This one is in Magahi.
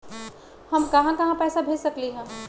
हम कहां कहां पैसा भेज सकली ह?